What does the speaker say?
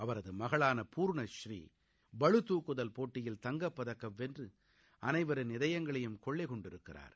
அவரது மகளான பூர்ணஸ்ரீ பளுதாக்குதல் போட்டியில் தங்கப்பதக்கத்தை வென்று அனைவரது இதயங்களிலும் கொள்ளை கொண்டிருக்கிறார்